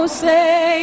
say